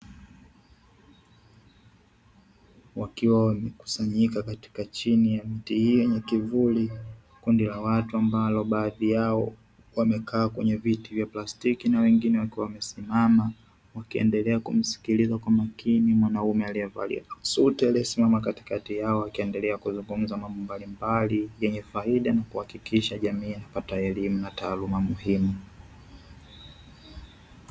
Kundi la wakiwa wamekusanyika katika chini ya mti hii yenye kivuli kundi la watu ambalo baadhi yao wamekaa kwenye viti vya plastiki na wengine wakiwa wamesimama wakiendelea kumsikiliza kwa makini mwanamume aliyevalia suti aliyesimama katikati yao wakiendelea kuzungumza mambo mbalimbali yenye faida na kuhakikisha jamii inapata elimu na taaluma muhimu.